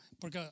porque